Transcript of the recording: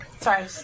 Sorry